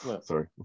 sorry